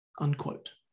unquote